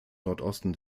nordosten